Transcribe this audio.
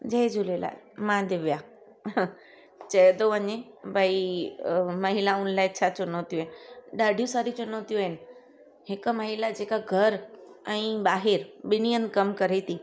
जय झूलेलाल मां दिव्या चयो थो वञे भई महिलाउनि लाइ छा चुनौतियूं आहिनि ॾाढियूं सारी चुनौतियूं आहिनि हिकु महिला जेका घर ऐं ॿाहिरि ॿिन्हिनि हंधि कम करे थी